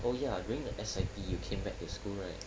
oh ya during the S_I_P you came back to school right